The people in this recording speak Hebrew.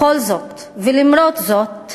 בכל זאת ולמרות זאת